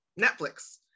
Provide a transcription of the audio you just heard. Netflix